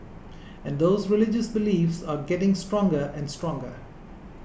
and those religious beliefs are getting stronger and stronger